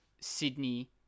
Sydney